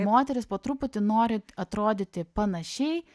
moterys po truputį nori atrodyti panašiai